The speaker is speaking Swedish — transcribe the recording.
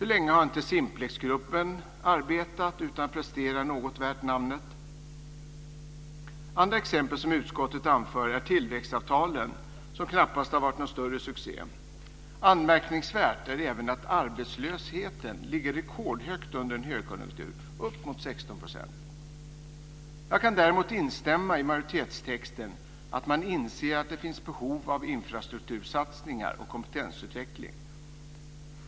Hur länge har inte Simplexgruppen arbetat utan att prestera något värt namnet? Andra exempel som utskottet anför är tillväxtavtalen, som knappast har varit någon större succé. Anmärkningsvärt är även att arbetslösheten ligger rekordhögt under en högkonjunktur - uppemot 16 %. Jag kan däremot instämma i majoritetstexten om att man inser att det finns behov av infrastruktursatsningar och kompetensutveckling.